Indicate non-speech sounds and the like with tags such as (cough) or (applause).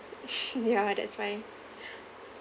(breath) ya that's why